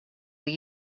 were